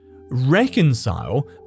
reconcile